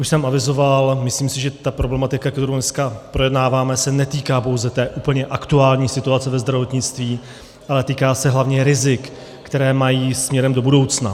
Jak už jsem avizoval, myslím si, že problematika, kterou dneska projednáváme, se netýká pouze té úplně aktuální situace ve zdravotnictví, ale týká se hlavně rizik, která mají směrem do budoucna.